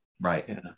Right